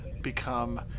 become